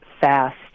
fast